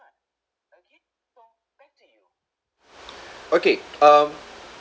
okay um